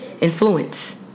influence